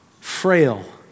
frail